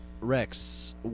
Rex